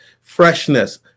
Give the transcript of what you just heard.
freshness